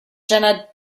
jena